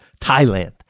Thailand